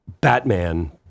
Batman